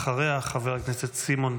חברת הכנסת טלי גוטליב,